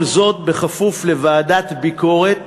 כל זאת כפוף לוועדת ביקורת